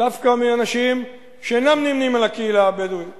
דווקא מאנשים שאינם נמנים עם הקהילה הבדואית